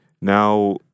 Now